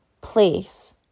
place